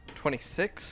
twenty-six